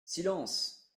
silence